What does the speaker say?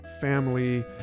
family